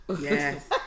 Yes